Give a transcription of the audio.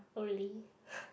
oh really